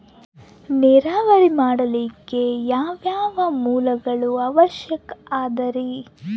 ನೇರಾವರಿ ಮಾಡಲಿಕ್ಕೆ ಯಾವ್ಯಾವ ಮೂಲಗಳ ಅವಶ್ಯಕ ಅದರಿ?